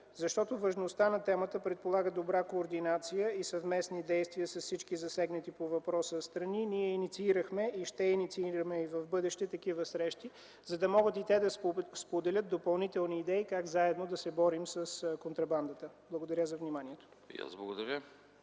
пазар. Важността на темата предполага добра координация и съвместни действия с всички засегнати по въпроса страни. Ние инициирахме, ще инициираме и в бъдеще такива срещи, за да могат и те да споделят допълнителни идеи как заедно да се борим с контрабандата. Благодаря за вниманието. ПРЕДСЕДАТЕЛ